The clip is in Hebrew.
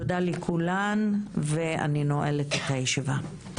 תודה רבה לכולם ואני נועלת את הישיבה.